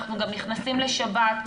אנחנו גם נכנסים לשבת,